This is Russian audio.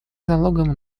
залогом